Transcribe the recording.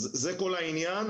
זה כל העניין.